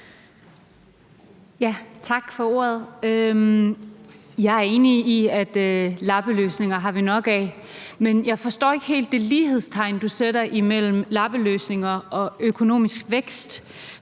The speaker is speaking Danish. Tak for ordet. Jeg er enig i, at lappeløsninger har vi nok af. Men jeg forstår ikke helt det lighedstegn, du sætter imellem lappeløsninger og økonomisk vækst,